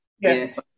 Yes